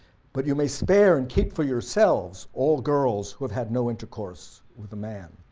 but you may spare and keep for yourselves all girls who have had no intercourse with a man.